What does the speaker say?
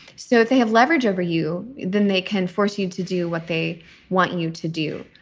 so they have leverage over you, then they can force you to do what they want you to do